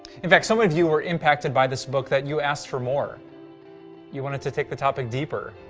in fact, so many of you were impacted by this book that you asked for more you wanted to take the topic deeper.